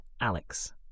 Alex